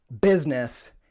business